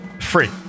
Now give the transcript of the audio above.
free